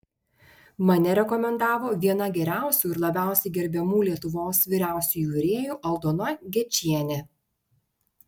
mane rekomendavo viena geriausių ir labiausiai gerbiamų lietuvos vyriausiųjų virėjų aldona gečienė